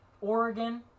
Oregon